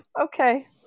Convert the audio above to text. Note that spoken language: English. Okay